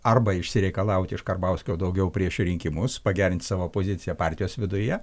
arba išsireikalauti iš karbauskio daugiau prieš rinkimus pagerint savo poziciją partijos viduje